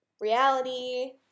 reality